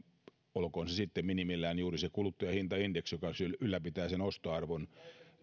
olkoon se sitten minimillään juuri se kuluttajahintaindeksi joka ylläpitää sen ostoarvon